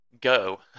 go